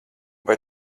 vai